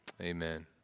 amen